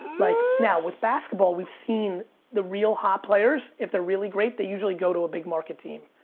like now with basketball, we've seen the real hot players, if they're really great, they usually go to a big market team.